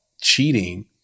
cheating